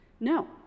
No